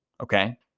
okay